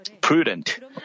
prudent